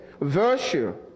virtue